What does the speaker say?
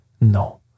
No